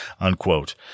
unquote